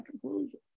conclusion